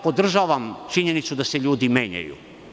Podržavam činjenicu da se ljudi menjaju.